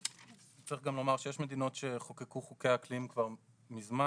צריך גם לומר שיש מדינות שחוקקו חוקי אקלים כבר מזמן.